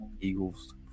Eagles